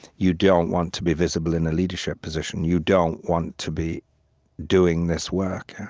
you don't want to be visible in a leadership position, you don't want to be doing this work.